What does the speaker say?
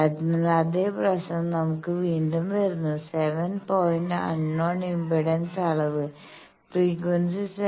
അതിനാൽ അതെ പ്രശ്നം നമുക്ക് വീണ്ടും വരുന്നു 7 പോയിന്റ് അൺനോൺ ഇംപെഡൻസ് അളവ് ഫ്രീക്വൻസി 7